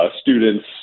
students